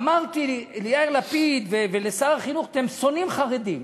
אמרתי ליאיר לפיד ולשר החינוך: אתם שונאים חרדים.